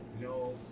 no